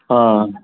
आं